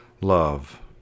love